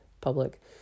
public